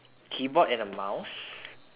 keyboard and a mouse